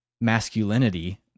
masculinity